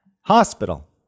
Hospital